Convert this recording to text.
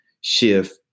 shift